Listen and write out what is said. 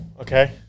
okay